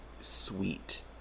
sweet